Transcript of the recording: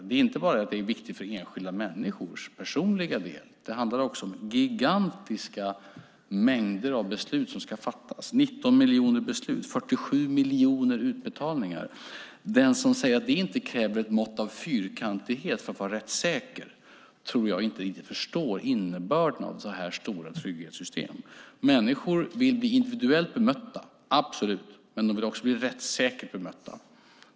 Det är viktigt inte bara för enskilda människors personliga del, utan också för att det handlar om gigantiska mängder beslut som ska fattas - 19 miljoner beslut, 47 miljoner utbetalningar. Den som säger att det inte kräver ett mått av fyrkantighet för att vara rättssäker tror jag inte riktigt förstår innebörden av sådana stora trygghetssystem. Människor vill bli individuellt bemötta - absolut - men de vill också bli rättssäkert bemötta.